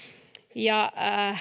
ja